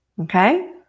Okay